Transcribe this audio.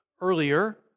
earlier